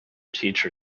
teacher